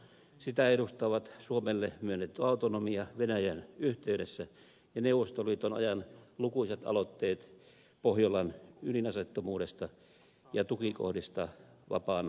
sitä edustavat suomelle myönnetty autonomia venäjän yhteydessä ja neuvostoliiton ajan lukuisat aloitteet pohjolan ydinaseettomuudesta ja tukikohdista vapaana alueena